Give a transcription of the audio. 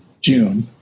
June